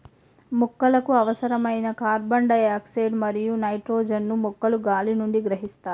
మొక్కలకు అవసరమైన carbon dioxide మరియు నైట్రోజన్ ను మొక్కలు గాలి నుండి గ్రహిస్తాయి